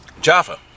Jaffa